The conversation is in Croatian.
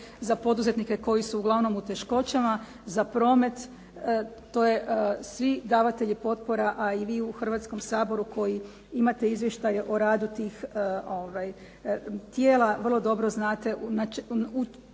za poduzetnike koji su uglavnom u teškoćama, za promet to je svi davatelji potpora, a i vi u Hrvatskom saboru koji imate izvještaje o radu tih tijela vrlo dobro znate u što